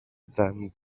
then